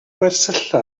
gwersylla